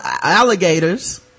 alligators